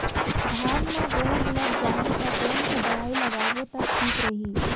धान म रोग लग जाही ता कोन सा दवाई लगाबो ता ठीक रही?